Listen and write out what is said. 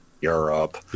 Europe